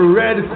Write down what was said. red